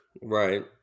Right